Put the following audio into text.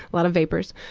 a lot of vapors.